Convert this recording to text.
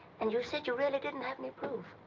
and you said you really didn't have any proof.